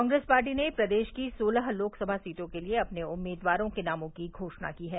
Congress party ने प्रदेश की सोलह लोकसभा सीटों के लिए अपने उम्मीदवारों के नामों की घोषणा की है